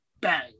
bang